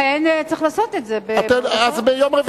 לכן צריך לעשות את זה ביום אחר.